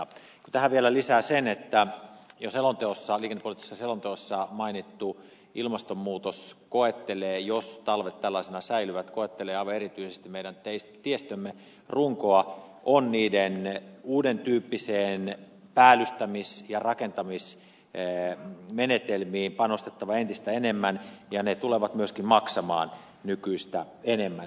kun tähän vielä lisää sen että jo liikennepoliittisessa selonteossa mainittu ilmastonmuutos koettelee jos talvet tällaisena säilyvät aivan erityisesti meidän tiestömme runkoa on niiden uuden tyyppisiin päällystämis ja rakentamismenetelmiin panostettava entistä enemmän ja ne tulevat myöskin maksamaan nykyistä enemmän